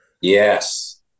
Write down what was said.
Yes